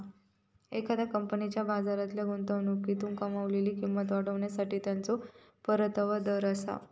एखाद्या कंपनीच्या बाजारातल्या गुंतवणुकीतून कमावलेली किंमत वाढवण्यासाठी त्याचो परतावा दर आसा